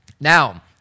Now